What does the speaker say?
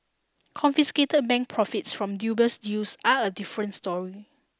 confiscated bank profits from dubious deals are a different story